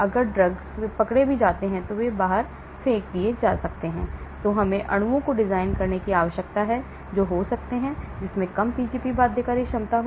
इसलिए ड्रग्स अगर वे पकड़े जाते हैं और वे बाहर फेंक दिए जा सकते हैं तो हमें अणुओं को डिजाइन करने की आवश्यकता है जो हो सकते हैं जिसमें कम Pgp बाध्यकारी क्षमता है